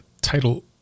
title